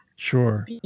Sure